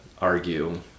argue